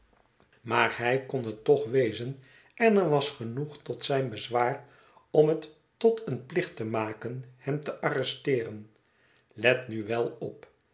maar hij kon het toch wezen en er was genoeg tot zijn bezwaar om het tot een plicht te maken hem te arresteeren let nu wel op